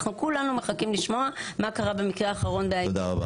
אנחנו כולנו מחכים לשמוע מה קרה במקרה האחרון ב-IVF באסותא.